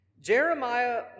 Jeremiah